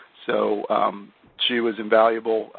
so she was invaluable.